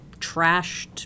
trashed